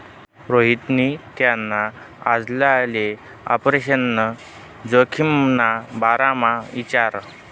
रोहितनी त्याना आजलाले आपरेशन जोखिमना बारामा इचारं